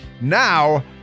Now